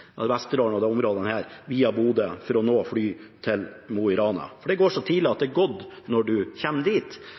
Vesterålen og disse områdene via Bodø for å nå fly til Mo i Rana, for det går så tidlig at det har gått når man kommer dit.